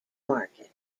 market